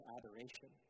adoration